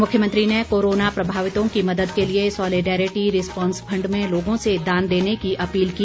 मुख्यमंत्री ने कोरोना प्रभावितों की मदद के लिए सोलिडेरिटी रिस्पॉन्स फंड में लोगों से दान देने की अपील की